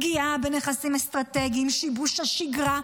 חיים בשגרה,